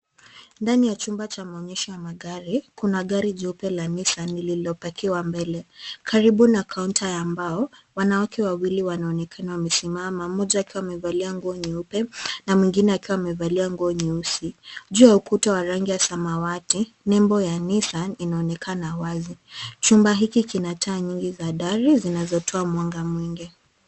Ndani ya chumba cha maonyesho ya magari kuna gari jeupe la Nissan lililopakiwa mbele. Karibu na kaunta ya mbao, wanawake wawili wanaonekana wamesimama mmoja akiwa amevalia nguo nyeupe na mwingine akiwa amevalia nguo nyeusi. Juu ya ukuta wa rangi ya samawati, nembo ya Nissan inaonekana wazi. Chumba hiki kina taa nyingi za dara zinazotoa mwanga mwingi.